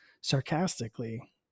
sarcastically